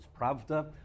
Pravda